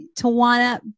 Tawana